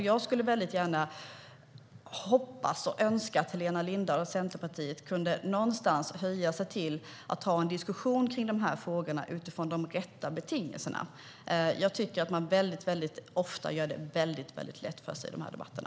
Jag hoppas och önskar att Helena Lindahl och Centerpartiet kan höja sig till att ha en diskussion kring frågorna utifrån de rätta betingelserna. Jag tycker att man väldigt ofta gör det väldigt lätt för sig i de här debatterna.